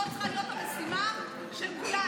זו צריכה להיות המשימה של כולנו.